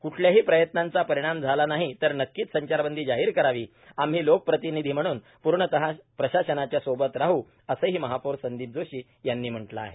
कुठल्याही प्रयत्नांचा परिणाम झाला नाही तर नक्कीच संचारबंदी जाहीर करावी आम्ही लोकप्रतिनिधी म्हणून प्र्णपणे प्रशासनाच्या सोबत राह असेही महापौर संदीप जोशी यांनी म्हटले आहे